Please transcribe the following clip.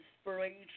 inspiration